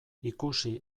ikusi